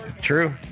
True